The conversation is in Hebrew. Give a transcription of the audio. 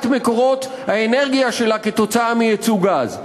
מקורות האנרגיה שלה כתוצאה מייצוא גז.